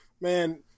Man